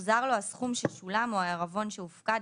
יוחזר לו הסכום ששולם או העירבון שהופקד,